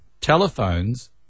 Telephones